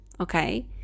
okay